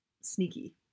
sneaky